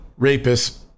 rapists